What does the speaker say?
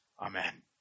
Amen